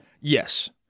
Yes